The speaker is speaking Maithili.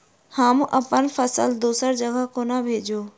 हम अप्पन फसल दोसर जगह कोना भेजू?